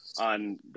on